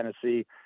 Tennessee